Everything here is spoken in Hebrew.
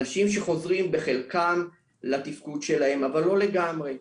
אנשים שחוזרים בחלקם לתפקוד שלהם אבל לא לגמרי.